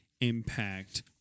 impact